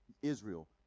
Israel